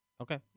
Okay